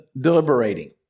deliberating